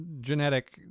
genetic